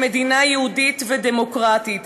כמדינה יהודית ודמוקרטית.